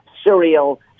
Serial